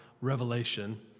Revelation